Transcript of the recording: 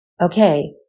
Okay